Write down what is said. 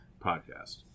podcast